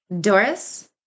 doris